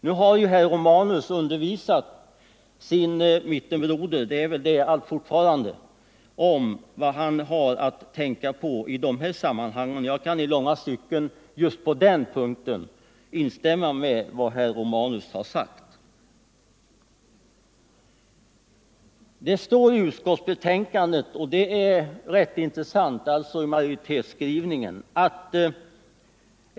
Nu har ju herr Romanus undervisat sin mittenbroder — det är han väl alltfort — om vad han har att tänka på i dessa sammanhang, och jag kan i långa stycken just på den punkten instämma med herr Romanus.